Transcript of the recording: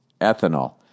ethanol